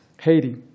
Haiti